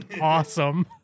Awesome